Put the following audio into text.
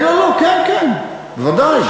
כן כן, ודאי.